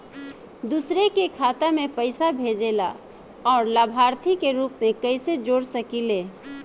दूसरे के खाता में पइसा भेजेला और लभार्थी के रूप में कइसे जोड़ सकिले?